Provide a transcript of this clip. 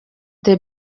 the